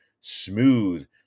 smooth